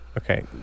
okay